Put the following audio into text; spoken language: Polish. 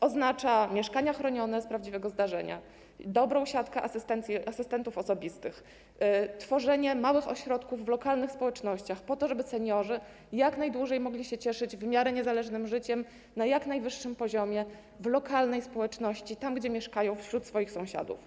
Oznacza mieszkania chronione z prawdziwego zdarzenia, dobrą siatkę asystentów osobistych, tworzenie małych ośrodków w lokalnych społecznościach po to, żeby seniorzy jak najdłużej mogli cieszyć się w miarę niezależnym życiem na jak najwyższym poziomie, w lokalnej społeczności, tam gdzie mieszkają wśród swoich sąsiadów.